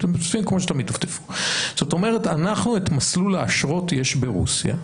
זאת אומרת את מסלול האשרות יש ברוסיה,